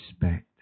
respect